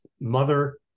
mother